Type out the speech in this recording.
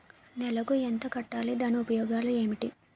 నెలకు ఎంత కట్టాలి? దాని ఉపయోగాలు ఏమిటి?